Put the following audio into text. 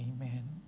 Amen